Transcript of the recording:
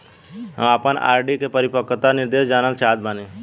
हम आपन आर.डी के परिपक्वता निर्देश जानल चाहत बानी